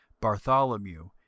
Bartholomew